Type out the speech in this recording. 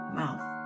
mouth